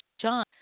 John